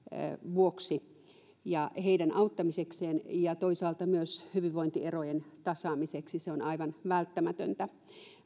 vuoksi heidän auttamisekseen ja toisaalta myös hyvinvointierojen tasaamiseksi se on aivan välttämätöntä